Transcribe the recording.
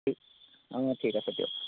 ঠিক অঁ ঠিক আছে দিয়ক